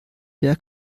der